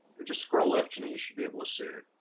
just scroll left and he should be able to see it.